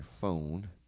phone